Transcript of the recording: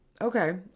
okay